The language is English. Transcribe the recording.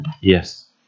Yes